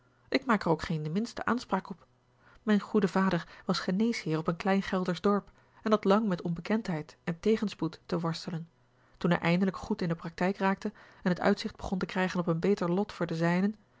ik maak er ook geen de minste aanspraak op mijn goede vader was geneesheer op een klein geldersch dorp en had lang met onbekendheid en tegenspoed te worstelen toen hij eindelijk goed in de praktijk raakte en het uitzicht begon te krijgen op een beter lot voor de zijnen